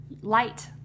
light